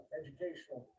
educational